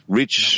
reach